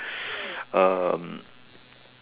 um